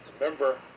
remember